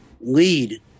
lead